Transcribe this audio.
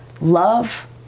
love